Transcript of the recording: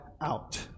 out